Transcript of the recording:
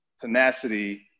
tenacity